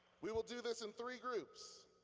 we will do this in three groups.